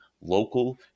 local